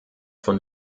von